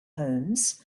homes